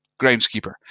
groundskeeper